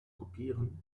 kopieren